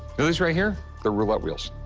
this right here, the roulette wheels.